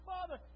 Father